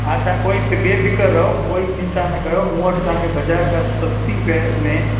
हा तां कोई बेफ़िक्र रहो कोई चिंता न कयो मूं वटि तव्हांखे बाज़ारि खां सस्ती पै में